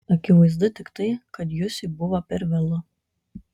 akivaizdu tik tai kad jusiui buvo per vėlu